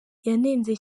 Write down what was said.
yanenze